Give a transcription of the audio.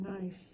Nice